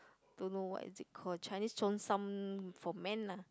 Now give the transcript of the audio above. don't know what is it called Chinese Cheongsam for men lah